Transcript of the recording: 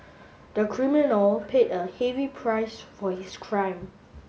the criminal paid a heavy price for his crime